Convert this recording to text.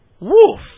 Woof